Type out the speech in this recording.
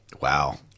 Wow